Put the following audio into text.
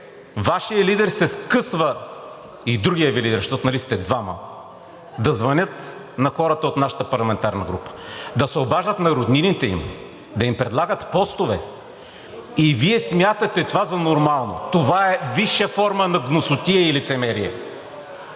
Вашият лидер се скъсва и другият Ви лидер, защото нали сте двама, да звънят на хората от нашата парламентарна група, да се обаждат на роднините им, да им предлагат постове и Вие смятате това за нормално?! Това е висша форма на гнусотия и лицемерие!